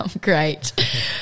great